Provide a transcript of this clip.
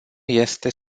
este